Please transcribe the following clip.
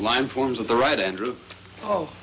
line forms of the right andrew oh